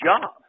job